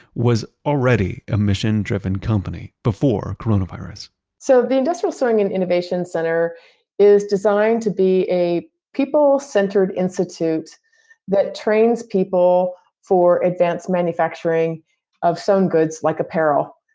was already a mission-driven company before coronavirus so the industrial sewing and innovation center is designed to be a people-centered institute that trains people for advanced manufacturing of sewn goods, like apparel,